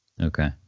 Okay